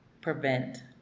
prevent